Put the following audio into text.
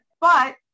But-